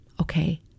Okay